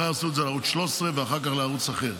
מחר יעשו את זה לערוץ 13 ואחר כך לערוץ אחר.